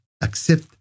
accept